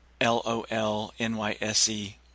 L-O-L-N-Y-S-E